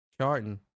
charting